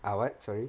ah what sorry